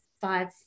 five